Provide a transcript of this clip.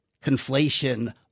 conflation